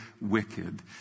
wicked